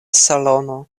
salono